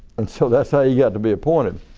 and so that's how he got to be appointed.